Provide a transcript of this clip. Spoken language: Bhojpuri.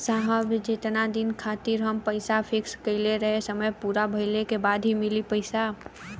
साहब जेतना दिन खातिर हम पैसा फिक्स करले हई समय पूरा भइले के बाद ही मिली पैसा?